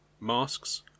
masks